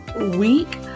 week